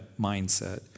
mindset